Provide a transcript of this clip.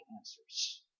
answers